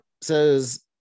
says